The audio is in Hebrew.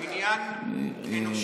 הוא עניין אנושי.